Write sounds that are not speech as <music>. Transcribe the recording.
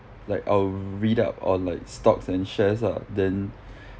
like I'll read up on like stocks and shares lah then <breath>